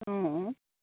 অঁ অঁ